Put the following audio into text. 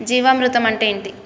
జీవామృతం అంటే ఏంటి?